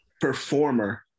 performer